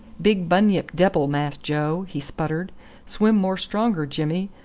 big bunyip debble, mass joe, he sputtered swim more stronger jimmy,